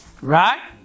right